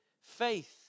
faith